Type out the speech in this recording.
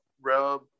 rub